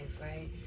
Right